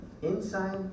inside